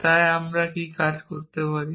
তাই আমরা কি কাজ করতে পারি